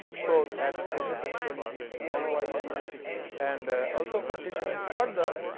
so, that should essentially be small y i's and also continuing further.